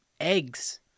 eggs